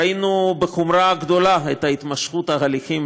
ראינו בחומרה גדולה את התמשכות ההליכים